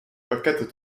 pakketten